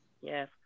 yes